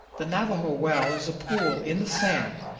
the navajo well is a pool in the sand,